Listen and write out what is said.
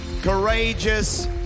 courageous